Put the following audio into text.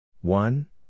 One